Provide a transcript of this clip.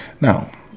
Now